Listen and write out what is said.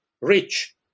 rich